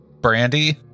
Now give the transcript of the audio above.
brandy